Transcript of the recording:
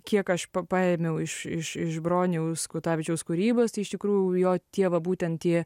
kiek aš paėmiau iš iš iš broniaus kutavičiaus kūrybostai iš tikrųjų jo tie va būtent jie